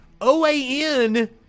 OAN